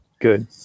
Good